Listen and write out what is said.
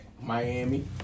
Miami